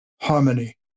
harmony